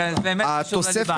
זה באמת חשוב לליבה.